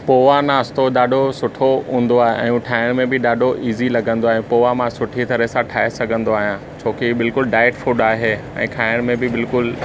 पोहा नास्तो ॾाढो सुठो हूंदो आहे ऐं हू ठाहिण में बि ॾाढो ईज़ी लॻंदो आहे पोहा मां सुठी तरहि सां ठाहे सघंदो आहियां छोकि बिल्कुलु डायट फूड आहे ऐं खाइण में बि बिल्कुलु